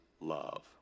love